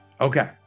okay